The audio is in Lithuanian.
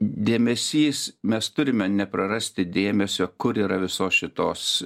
dėmesys mes turime neprarasti dėmesio kur yra visos šitos